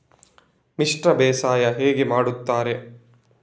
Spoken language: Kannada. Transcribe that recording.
ಮಿಶ್ರ ಬೇಸಾಯ ಹೇಗೆ ಮಾಡುತ್ತಾರೆ?